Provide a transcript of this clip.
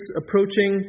approaching